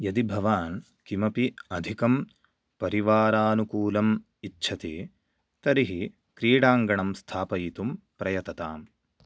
यदि भवान् किमपि अधिकं परिवारानुकूलम् इच्छति तर्हि क्रीडाङ्गणं स्थापयितुं प्रयतताम्